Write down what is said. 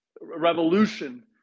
revolution